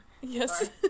Yes